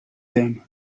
them